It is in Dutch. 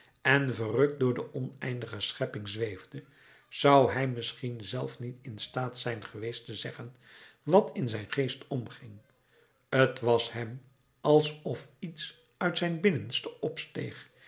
en verrukt door de oneindige schepping zweefde zou hij misschien zelf niet in staat zijn geweest te zeggen wat in zijn geest omging t was hem alsof iets uit zijn binnenste opsteeg